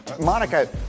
Monica